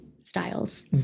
Styles